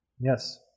Yes